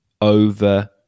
over